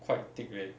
quite thick leh